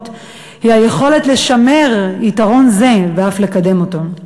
הוא היכולת לשמר יתרון זה ואף לקדם אותו.